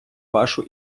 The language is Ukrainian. вашу